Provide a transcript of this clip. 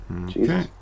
Okay